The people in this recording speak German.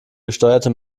gesteuerte